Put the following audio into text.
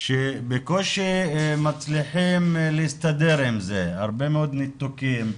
שבקושי מצליחות להסתדר עם זה, הרבה מאוד ניתוקים,